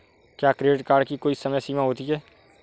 क्या credit card की कोई समय सीमा होती है?